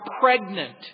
pregnant